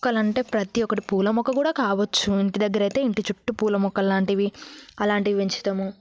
మొక్కలంటే ప్రతి ఒకటి పూల మొక్క కూడా కావచ్చు ఇంటి దగ్గరైతే ఇంటి చుట్టు పూల మొక్కలు లాంటివి అలాంటివి పెంచుతాము